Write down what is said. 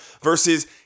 versus